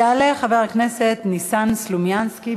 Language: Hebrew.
יעלה חבר הכנסת ניסן סלומינסקי.